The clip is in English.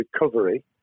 recovery